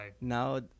Now